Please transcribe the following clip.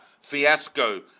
fiasco